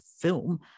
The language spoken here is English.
film